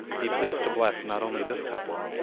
be pleased to bless not only this couple,